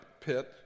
pit